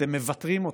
אתם מבתרים אותו,